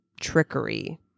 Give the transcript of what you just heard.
trickery